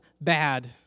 bad